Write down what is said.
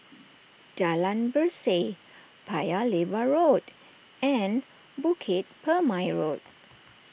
Jalan Berseh Paya Lebar Road and Bukit Purmei Road